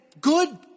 good